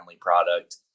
product